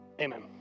Amen